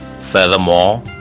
Furthermore